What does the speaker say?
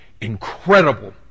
incredible